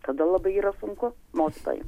tada labai yra sunku mokytojam